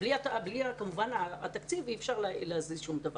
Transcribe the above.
בלי התקציב כמובן אי אפשר להזיז שום דבר.